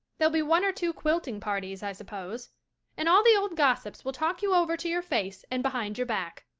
there'll be one or two quilting parties, i suppose and all the old gossips will talk you over to your face and behind your back.